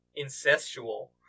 incestual